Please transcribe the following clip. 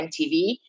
MTV